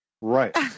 Right